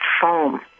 foam